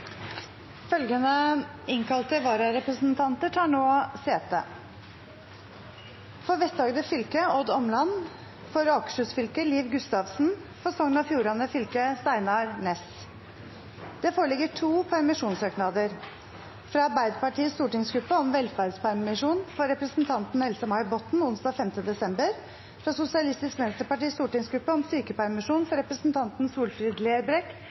Følgende innkalte vararepresentanter tar nå sete: For Vest-Agder fylke: Odd Omland For Akershus fylke: Liv Gustavsen For Sogn og Fjordane fylke: Steinar Næss Det foreligger to permisjonssøknader: fra Arbeiderpartiets stortingsgruppe om velferdspermisjon for representanten Else-May Botten onsdag 5. desember fra Sosialistisk Venstrepartis stortingsgruppe om sykepermisjon for representanten Solfrid Lerbrekk